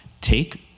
take